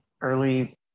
Early